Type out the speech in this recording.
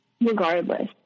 regardless